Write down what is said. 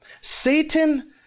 Satan